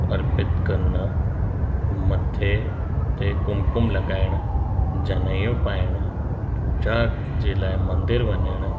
अर्पित करण मथे ते कुमकुम लगाइण जनेऊ पाइण पूजा जे लाइ मंदिर वञणु